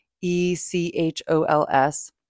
E-C-H-O-L-S